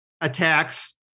attacks